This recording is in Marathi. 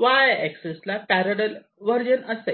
वाय एक्सेस ला पॅररल वर्जन असेल